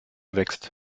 wächst